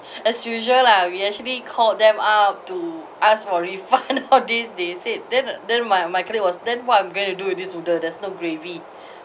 as usual lah we actually called them up to ask for refund all these they said then then my my colleague was then what I'm going to do this noodle there's no gravy